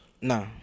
Nah